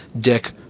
Dick